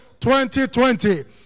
2020